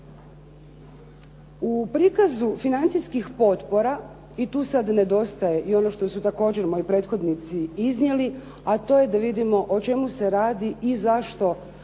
U prikazu financijskih potpora i tu sad nedostaje i ono što su također moji prethodnici iznijeli, a to je da vidimo o čemu se radi i zašto